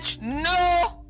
no